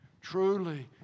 Truly